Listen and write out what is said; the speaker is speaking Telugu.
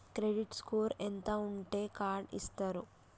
క్రెడిట్ స్కోర్ ఎంత ఉంటే కార్డ్ ఇస్తారు?